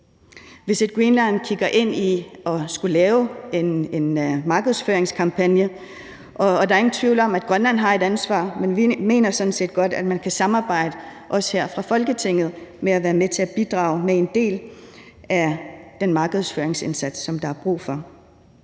Visit Greenland kigger ind i at skulle lave en markedsføringskampagne, og der er ingen tvivl om, at Grønland har et ansvar, men vi mener sådan set godt, at man kan samarbejde, også med Folketinget, om at være med til at bidrage med en del af den markedsføringsindsats, som der er brug for.